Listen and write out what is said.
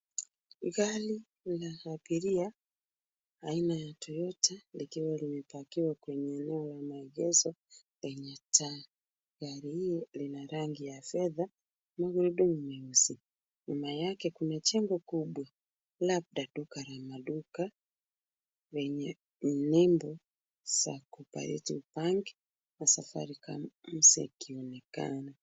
Gari la abiria aina ya Toyota likiwa limepakiwa kwenye eneo la maegesho yenye taa. Gari hilo lina rangi ya fedha na magurudumu meusi. Nyuma yake kuna jengo kubwa labda duka la maduka lenye nembo za Co-operative Bank na Safaricom zikionekana.